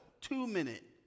two-minute